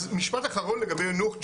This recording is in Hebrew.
אז משפט אחרון לגבי יאנוח ג'ת,